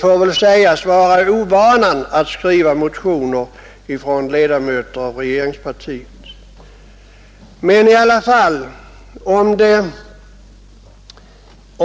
får väl sägas vara ovanan hos ledamöter av regeringspartiet att skriva motioner.